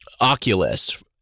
Oculus